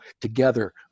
together